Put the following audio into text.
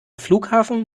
flughafen